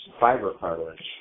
fibrocartilage